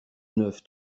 neuf